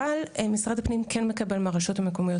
אבל משרד הפנים כן מקבל מהרשויות המקומיות